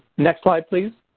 next slide please.